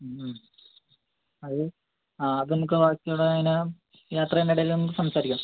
അത് ആ അത് നമുക്ക് ആവശ്യമുള്ളത് അങ്ങനെ യാത്രയുടെ ഇടയിൽ നമുക്ക് സംസാരിക്കാം